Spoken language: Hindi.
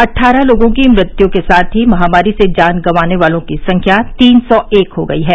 अट्ठारह लोगों की मृत्यु के साथ ही महामारी से जान गंवाने वालों की संख्या तीन सौ एक हो गई है